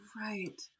Right